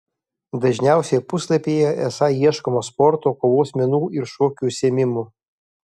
dažniausiai puslapyje esą ieškoma sporto kovos menų ir šokių užsiėmimų